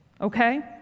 Okay